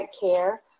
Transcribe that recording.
care